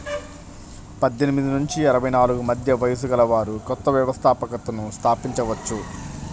పద్దెనిమిది నుంచి అరవై నాలుగు మధ్య వయస్సు గలవారు కొత్త వ్యవస్థాపకతను స్థాపించవచ్చు